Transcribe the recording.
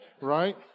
Right